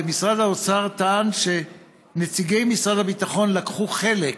ומשרד האוצר טען שנציגי משרד הביטחון לקחו חלק